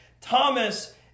Thomas